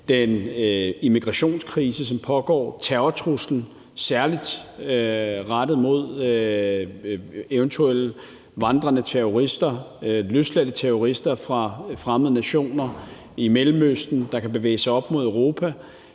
den immigrationskrise, som pågår, terrortruslen, særlig fra eventuelle vandrende terrorister, løsladte terrorister fra fremmede nationer i Mellemøsten, der kan bevæge sig op mod Europa,